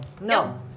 No